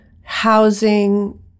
housing